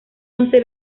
once